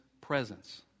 presence